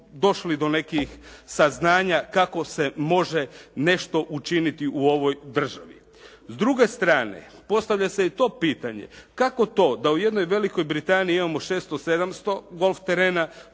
došli do nekih saznanja kako se može nešto učiniti u ovoj državi. S druge strane postavlja se i to pitanje, kako to da u jednoj Velikoj Britaniji imamo 600, 700 golf terena,